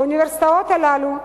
באוניברסיטאות הללו,